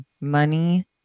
money